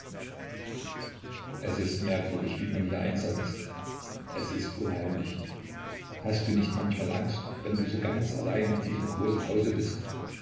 es ist merkwürdig wie man hier einsam ist es ist unheimlich hast du nicht manchmal angst wenn du so ganz allein in diesem großen hause bist